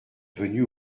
venus